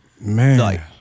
Man